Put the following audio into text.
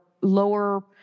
lower